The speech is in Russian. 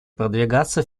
продвигаться